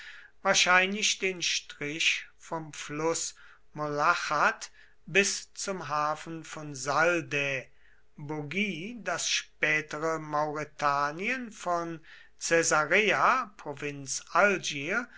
wahrscheinlich den strich vom fluß molochath bis zum hafen von saldae bougie das spätere mauretanien von